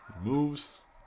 Moves